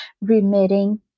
remitting